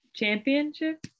championship